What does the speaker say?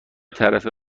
تعرفه